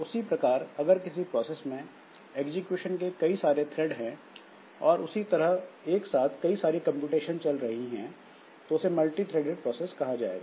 उसी प्रकार अगर किसी प्रोसेस में एग्जीक्यूशन के कई सारे थ्रेड हैं और उसी तरह एक साथ कई सारी कंप्यूटेशन चल रही हैं तो उसे मल्टीथ्रेडेड प्रोसेस कहा जाएगा